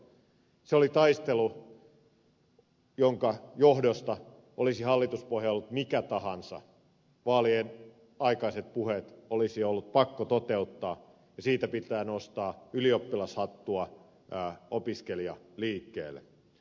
se oli taistelu jonka johdosta olisi hallituspohja ollut mikä tahansa vaalien aikaiset puheet olisi ollut pakko toteuttaa ja siitä pitää nostaa ylioppilashattua opiskelijaliikkeelle